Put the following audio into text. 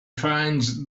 finds